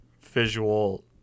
visual